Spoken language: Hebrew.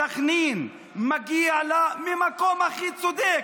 סח'נין, מגיע לה, ממקום הכי צודק.